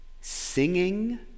singing